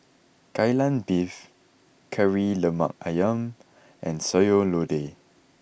Kai Lan Beef Kari Lemak Ayam and Sayur Lodeh